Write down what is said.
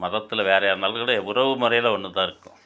மதத்தில் வேறு யாருனாக்கூட உறவு முறையில் ஒன்று தான் இருக்கும்